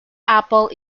apple